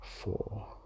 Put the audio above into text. four